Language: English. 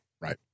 Right